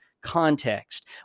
context